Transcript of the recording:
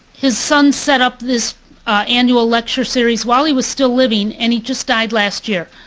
his son set up this annual lecture series while he was still living and he just died last year.